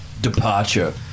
departure